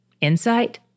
insight